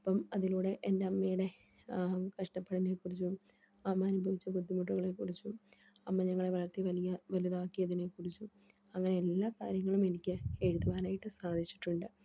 അപ്പം അതിലൂടെ എൻ്റെ അമ്മയുടെ കഷ്ടപ്പെടനെക്കുറിച്ചും അമ്മ അനുഭവിച്ച ബുദ്ധിമുട്ടുകളെക്കുറിച്ചും അമ്മ ഞങ്ങളെ വളർത്തി വലിയ വലുതാക്കിയതിനെക്കുറിച്ചും അങ്ങനെ എല്ലാ കാര്യങ്ങളും എനിക്ക് എഴുതുവാനായിട്ട് സാധിച്ചിട്ടുണ്ട്